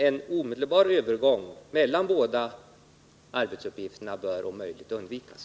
En omedelbar övergång mellan de båda arbetsuppgifterna bör dock om möjligt undvikas.